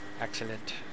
Excellent